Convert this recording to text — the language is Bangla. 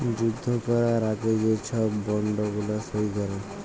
যুদ্ধ ক্যরার আগে যে ছব বল্ড গুলা সই ক্যরে